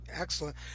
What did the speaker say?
excellent